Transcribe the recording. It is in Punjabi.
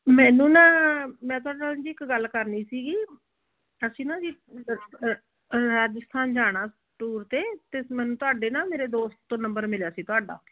ਮੈਨੂੰ ਨਾ ਮੈਂ ਤੁਹਾਡੇ ਨਾਲ ਜੀ ਇੱਕ ਗੱਲ ਕਰਨੀ ਸੀਗੀ ਅਸੀਂ ਨਾ ਜੀ ਰਾਜਸਥਾਨ ਜਾਣਾ ਟੂਰ 'ਤੇ ਅਤੇ ਮੈਨੂੰ ਤੁਹਾਡੇ ਨਾ ਮੇਰੇ ਦੋਸਤ ਤੋਂ ਨੰਬਰ ਮਿਲਿਆ ਸੀ ਤੁਹਾਡਾ